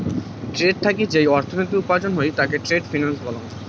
trade থাকি যেই অর্থনীতি উপার্জন হই তাকে ট্রেড ফিন্যান্স বলং